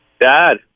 Dad